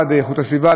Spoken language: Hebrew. למשרדים ממשלתיים,